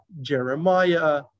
Jeremiah